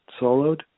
soloed